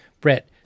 brett